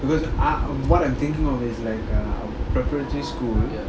because ah I'm what I'm thinking of is like a preparatory school